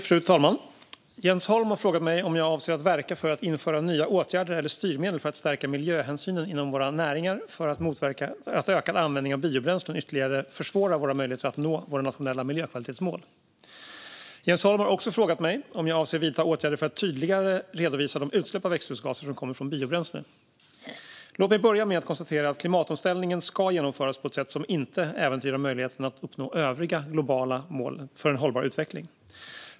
Fru talman! Jens Holm har frågat mig om jag avser att verka för att införa nya åtgärder eller styrmedel för att stärka miljöhänsynen inom våra näringar för att motverka att ökad användning av biobränslen ytterligare försvårar våra möjligheter att nå våra nationella miljökvalitetsmål. Jens Holm har också frågat mig om jag avser att vidta åtgärder för att tydligare redovisa de utsläpp av växthusgaser som kommer från biobränsle. Låt mig börja med att konstatera att klimatomställningen ska genomföras på ett sätt som inte äventyrar möjligheten att uppnå de övriga globala målen för en hållbar utveckling.